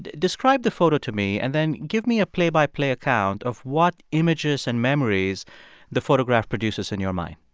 describe the photo to me, and then give me a play-by-play account of what images and memories the photograph produces in your mind